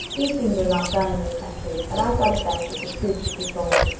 these things are not done in this country, but i thought it best that the truth should be told.